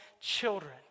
children